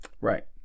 Right